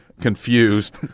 confused